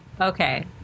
Okay